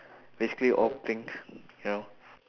basically all pink ya